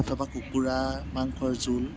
অথবা কুকুৰা মাংসৰ জোল